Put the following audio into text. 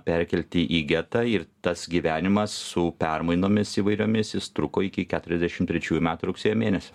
perkelti į getą ir tas gyvenimas su permainomis įvairiomis jis truko iki keturiasdešim trečiųjų metų rugsėjo mėnesio